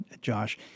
Josh